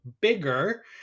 bigger